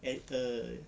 and a